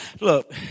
look